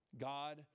God